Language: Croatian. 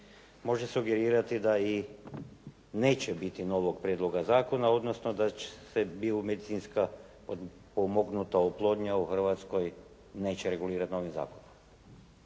može sugerirati da i neće biti novog prijedloga zakona odnosno da će se biomedicinska potpomognuta oplodnja u Hrvatskoj neće regulirati novim zakonom.